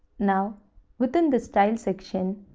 now within the style section,